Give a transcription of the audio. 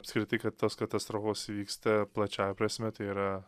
apskritai kad tos katastrofos įvyksta plačiąja prasme tai yra